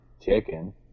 chicken